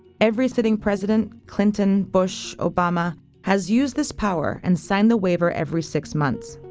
every sitting president clinton, bush, obama has used this power and signed the waiver every six months.